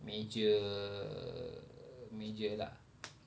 major major lah